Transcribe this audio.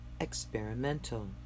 experimental